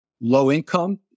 low-income